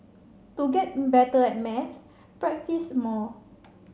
to get better at maths practise more